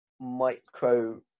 micro